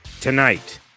tonight